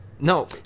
No